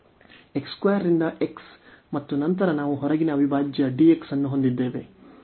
x 2 ರಿಂದ x ಮತ್ತು ನಂತರ ನಾವು ಹೊರಗಿನ ಅವಿಭಾಜ್ಯ dx ಅನ್ನು ಹೊಂದಿದ್ದೇವೆ